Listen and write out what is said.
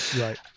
right